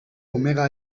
omega